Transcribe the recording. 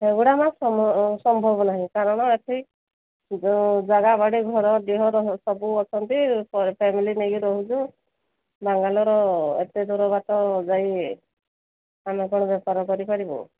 ସେଗୁଡ଼ା ମା ସମ୍ଭବ ନାହିଁ କାରଣ ଏଠି ଯୋଉ ଜାଗାବାଡ଼ି ଘର ଡିହ ସବୁ ଅଛନ୍ତି ଫ୍ୟାମିଲି ନେଇକି ରହୁଛୁ ବାଙ୍ଗାଲର ଏତେ ଦୂର ବାଟ ଯାଇ ଆମେ କ'ଣ ବେପାର କରିପାରିବୁ